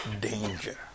danger